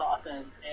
offense